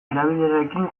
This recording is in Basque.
erabilerarekin